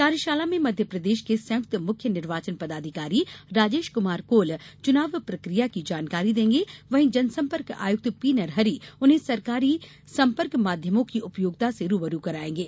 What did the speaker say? कार्यशाला में मध्यप्रदेश के संयुक्त मुख्य निर्वाचन पदाधिकारी राजेश कुमार कोल चुनाव प्रक्रिया की जानकारी देंगे वहीं जनसंपर्क आयुक्त पी नरहरि उन्हें सरकारी संपर्क माध्यमों की उपयोगिता से रूबरू कराएँगे